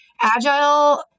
Agile